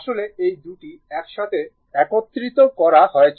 আসলে এই দুটি একসাথে একত্রিত করা হয়েছে